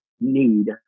need